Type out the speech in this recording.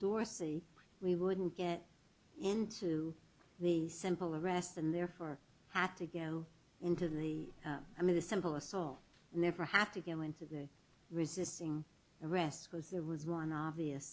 dorsey we wouldn't get into the simple arrest and therefore had to go into the i mean the simple assault never have to go into the resisting arrest was there was one obvious